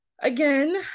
again